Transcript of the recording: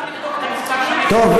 חברי חברי הכנסת מהרשימה המשותפת, תראו,